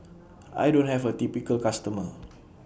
I don't have A typical customer